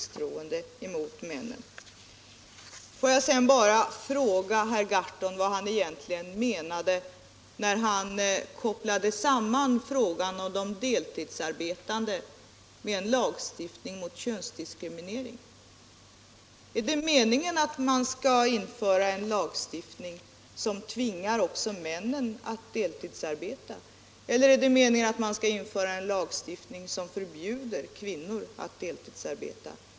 17 maj 1977 Får jag sedan bara fråga herr Gahrton vad han egentligen menade = när han kopplade samman frågan om de deltidsarbetande med en lag — Föräldraförsäkringstiftning mot könsdiskriminering. Är det meningen att man skall införa — en, m.m. en lagstiftning som tvingar också männen att deltidsarbeta? Eller är det meningen att man skall införa en lagstiftning som förbjuder kvinnor att deltidsarbeta?